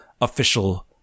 official